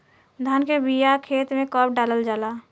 धान के बिया खेत में कब डालल जाला?